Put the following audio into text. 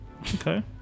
Okay